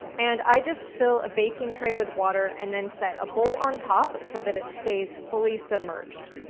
and i just fill a baking tray with water and then set a bowl on top so that it stays fully submerged.